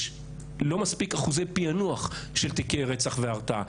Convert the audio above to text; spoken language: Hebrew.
יש לא מספיק אחוזי פיענוח של תיקי רצח והרתעה.